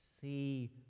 See